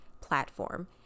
platform